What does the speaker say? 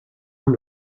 amb